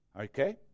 Okay